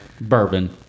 Bourbon